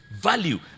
value